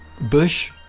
Bush